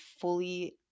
fully